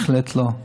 בהחלט לא,